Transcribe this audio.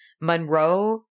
Monroe